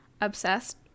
obsessed